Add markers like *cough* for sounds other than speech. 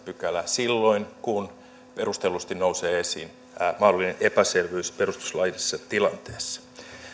*unintelligible* pykälää silloin kun perustellusti nousee esiin mahdollinen epäselvyys perustuslaillisessa tilanteessa